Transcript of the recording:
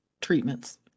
treatments